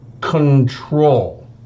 control